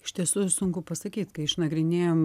iš tiesų sunku pasakyt kai išnagrinėjam